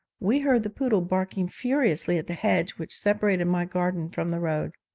we heard the poodle barking furiously at the hedge which separated my garden from the road.